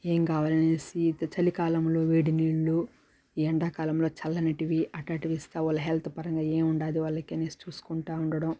ఏం కావాలనేసి చలికాలంలో వేడినీళ్లు ఎండాకాలంలో చల్లనిటివి అట్టాంటివి ఇస్తా వాళ్ళ హెల్త్ పరంగా ఏముండాదో వాళ్ళకనేసి చూసుకుంటా ఉండడం